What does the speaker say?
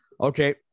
Okay